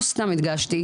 לא סתם הדגשתי,